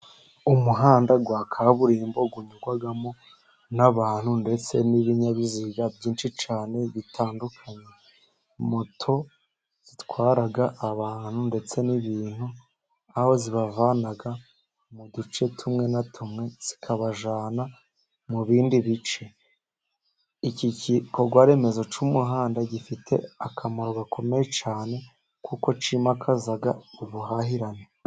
Umuhanda wa kaburimbo unyurwamo n'abantu ndetse n'ibinyabiziga byinshi cyane bitandukanye. Moto zitwara abantu ndetse n'ibintu aho zibavana mu duce tumwe na tumwe zikabajyana mu bindi bice. Iki gikorwa remezo cy'umuhanda gifite akamaro gakomeye cyane kuko kimakaza ubuhahirane.